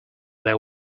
their